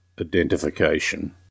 identification